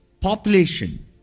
Population